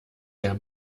der